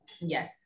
yes